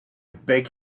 beg